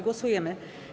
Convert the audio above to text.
Głosujemy.